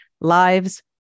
Lives